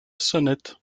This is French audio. sonnette